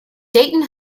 dayton